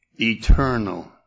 Eternal